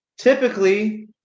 typically